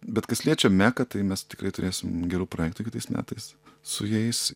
bet kas liečia meką tai mes tikrai turėsim gerų projektų kitais metais su jais